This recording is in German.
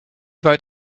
weit